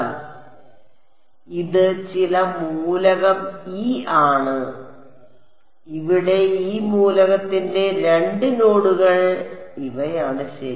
അതിനാൽ ഇത് ചില മൂലകം e ആണ് ഇവിടെ ഈ മൂലകത്തിന്റെ രണ്ട് നോഡുകൾ ഇവയാണ് ശരി